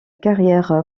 carrière